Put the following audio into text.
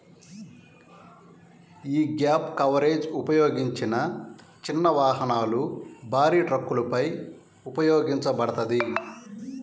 యీ gap coverage ఉపయోగించిన చిన్న వాహనాలు, భారీ ట్రక్కులపై ఉపయోగించబడతది